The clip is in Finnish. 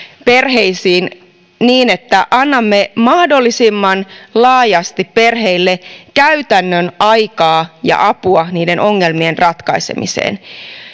perheisiin niin että annamme mahdollisimman laajasti perheille käytännön aikaa ja apua niiden ongelmien ratkaisemiseen